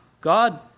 God